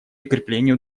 укреплению